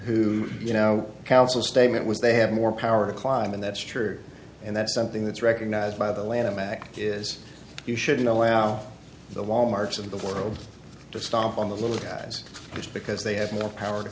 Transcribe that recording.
who you know counsel statement was they have more power to climb and that's true and that's something that's recognized by the lanham act is you shouldn't allow the wal marts of the world to stomp on the little guys just because they have more power to